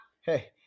Hey